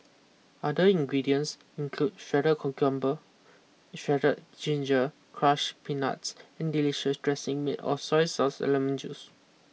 other ingredients include shredded cucumber shredded ginger crush peanuts and delicious dressing made of soy sauce and lemon juice